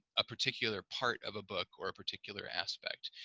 a particular part of a book or a particular aspect.